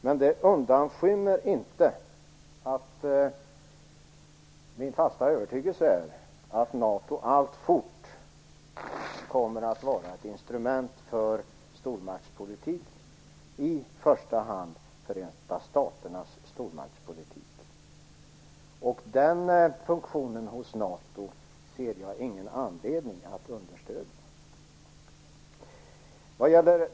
Men det undanskymmer inte att min fasta övertygelse är att NATO alltfort kommer att vara ett instrument för stormaktspolitik, i första hand Förenta staternas stormaktspolitik. Denna funktion hos NATO ser jag ingen anledning att understödja.